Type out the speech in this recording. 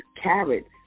carrots